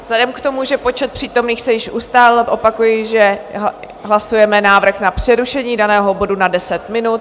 Vzhledem k tomu, že počet přítomných se již ustálil, opakuji, že hlasujeme návrh na přerušení daného bodu na deset minut.